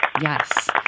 Yes